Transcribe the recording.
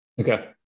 Okay